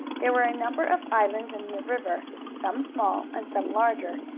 there were a number of islands in the river, some small and some larger,